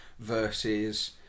versus